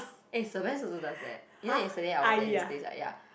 eh Sebas also does that leh you know yesterday I was at his place like ya